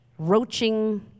roaching